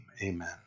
amen